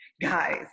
Guys